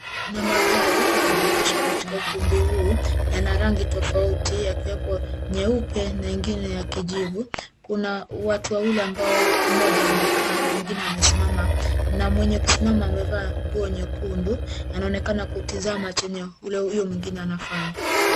Kuna magari yameegeshwa katika ukumbi huu, yana rangi tofauti yakiwepo nyeupe na ingine ya kijivu. Kuna watu wawili ambao moja amekaa na mwingine amesimama na mwenye kusimama amevaa nguo nyekundu anaonekana kutazama chenye huyo mwingine anafanya.